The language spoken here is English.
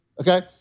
Okay